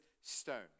stone